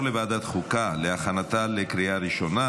לוועדת חוקה להכנתה לקריאה ראשונה.